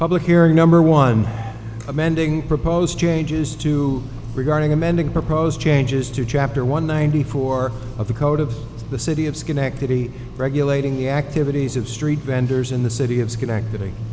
public hearing number one amending proposed changes to regarding amending proposed changes to chapter one ninety four of the code of the city of schenectady regulating the activities of street vendors in the city of schenectady